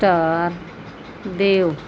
star ਦਿਉ